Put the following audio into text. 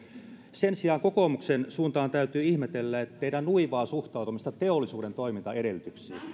sen sijaan kokoomuksen suuntaan täytyy ihmetellä teidän nuivaa suhtautumistanne teollisuuden toimintaedellytyksiin